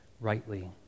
rightly